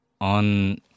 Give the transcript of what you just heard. on